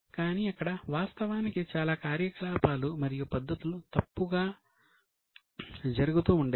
కానీ అక్కడ వాస్తవానికి చాలా కార్యకలాపాలు మరియు పద్ధతులు తప్పుగా జరుగుతూ ఉండేవి